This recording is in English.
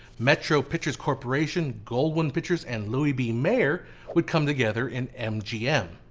metro pictures corporation, goldwyn pictures and louis b. mayer would come together in mgm.